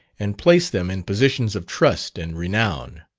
and placed them in positions of trust and renown.